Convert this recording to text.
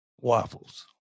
waffles